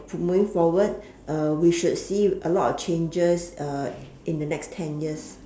moving forward we should see a lot of changes in the next ten years